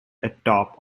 atop